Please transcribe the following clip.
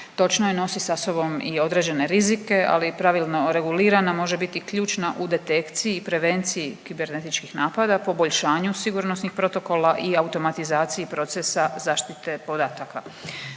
Točno je, nosi sa sobom i određene rizike, ali pravilno regulirana, može biti ključna u detekciji i prevenciji kibernetičkih napada, poboljšanju sigurnosnih protokola i automatizaciji procesa zaštite podataka.